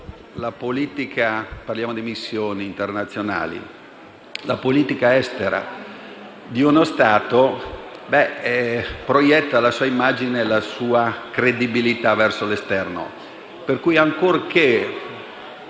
la politica estera di uno Stato proietta la sua immagine e la sua credibilità verso l'esterno,